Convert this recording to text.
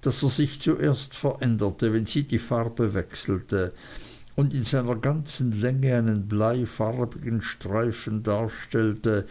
daß er sich zuerst veränderte wenn sie die farbe wechselte und in seiner ganzen länge einen bleifarbigen streifen darstellte